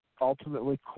ultimately